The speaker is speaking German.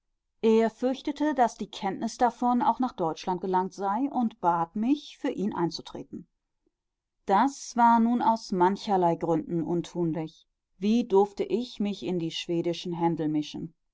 er fürchtete daß die kenntnis davon auch nach deutschland gelangt sei und bat mich für ihn einzutreten das war nun aus mancherlei gründen untunlich wie durfte ich mich in die schwedischen händel mischen